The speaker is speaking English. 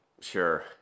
Sure